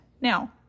Now